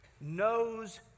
knows